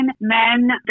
men